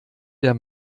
der